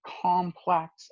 complex